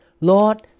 Lord